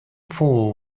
four